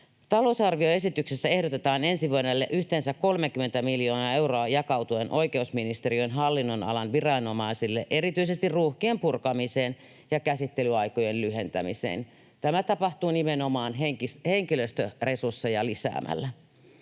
Talousarvioesityksessä ehdotetaan ensi vuodelle yhteensä 30 miljoonaa euroa jakautuen oikeusministeriön hallinnonalan viranomaisille erityisesti ruuhkien purkamiseen ja käsittelyaikojen lyhentämiseen. Tämä tapahtuu nimenomaan henkilöstöresursseja lisäämällä.